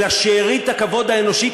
אלא שארית הכבוד האנושי,